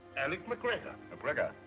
alex macgregor. macgregor,